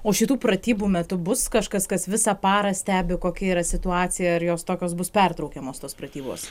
o šitų pratybų metu bus kažkas kas visą parą stebi kokia yra situacija ar jos tokios bus pertraukiamos tos pratybos